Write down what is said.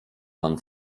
pan